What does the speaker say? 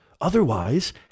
Otherwise